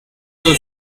son